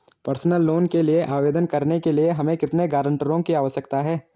Personal loan के लिए आवेदन करने के लिए हमें कितने गारंटरों की आवश्यकता है?